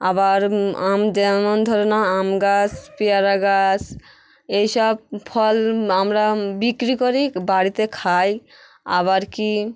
আবার আম যেমন ধরে নাও আম গাছ পেয়ারা গাছ এইসব ফল আমরা বিক্রি করি বাড়িতে খাই আবার কি